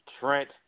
Trent